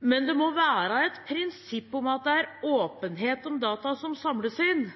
men det må være et prinsipp at det er åpenhet om dataene som samles inn.